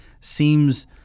seems